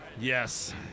Yes